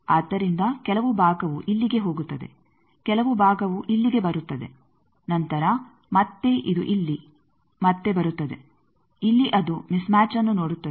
ಆದ್ದರಿಂದ ಕೆಲವು ಭಾಗವು ಇಲ್ಲಿಗೆ ಹೋಗುತ್ತದೆ ಕೆಲವು ಭಾಗವು ಇಲ್ಲಿಗೆ ಬರುತ್ತದೆ ನಂತರ ಮತ್ತೆ ಇದು ಇಲ್ಲಿ ಮತ್ತೆ ಬರುತ್ತದೆ ಇಲ್ಲಿ ಅದು ಮಿಸ್ ಮ್ಯಾಚ್ಅನ್ನು ನೋಡುತ್ತದೆ